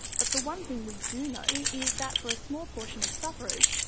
but the one thing we do know is that for a small portion of sufferers,